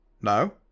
No